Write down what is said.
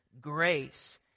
grace